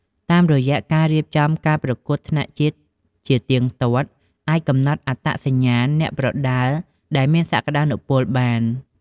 តាមរយៈការរៀបចំការប្រកួតថ្នាក់ជាតិជាទៀងទាត់ អាចកំណត់អត្តសញ្ញាណអ្នកប្រដាល់ដែលមានសក្ដានុពលបាន។